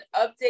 update